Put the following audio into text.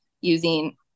using